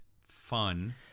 fun